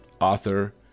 author